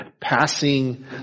passing